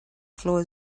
floor